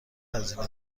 هزینه